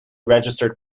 registered